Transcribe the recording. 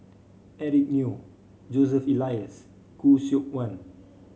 Eric Neo Joseph Elias Khoo Seok Wan